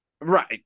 Right